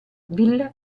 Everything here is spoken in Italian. villa